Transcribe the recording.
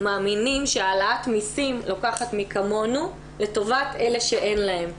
מאמינים שהעלאת מסים לוקחת מכמונו לטובת אלה שאין להם.